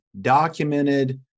documented